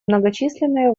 многочисленные